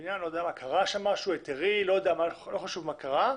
בבניין קרה משהו, לא חשוב מה קרה,